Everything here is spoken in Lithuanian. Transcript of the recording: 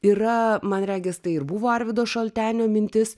yra man regis tai ir buvo arvydo šaltenio mintis